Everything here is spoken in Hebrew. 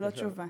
ללא תשובה.